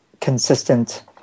consistent